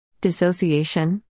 Dissociation